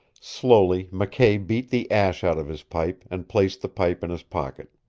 slowly mckay beat the ash out of his pipe and placed the pipe in his pocket.